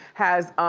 has.